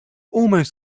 almost